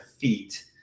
feet